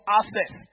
access